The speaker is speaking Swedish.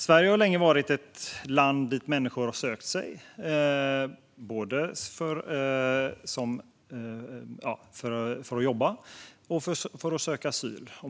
Sverige har länge varit ett land dit människor har sökt sig både för att jobba och för att söka asyl.